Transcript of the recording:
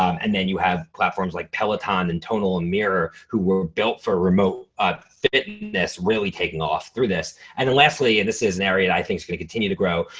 um and then you have platforms like peloton and tonal and mirror who were built for remote ah fitness. really taking off through this. and lastly, and this is an area that i think is gonna continue to grow,